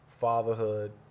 fatherhood